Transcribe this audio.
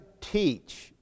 teach